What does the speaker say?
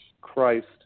Christ